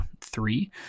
three